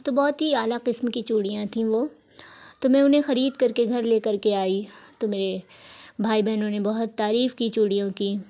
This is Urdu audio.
تو بہت ہی اعلیٰ قسم كی چوڑیاں تھیں وہ تو میں انہیں خرید کر کے گھر لے کر کے آئی تو میرے بھائی بہنوں نے بہت تعریف کی چوڑیوں کی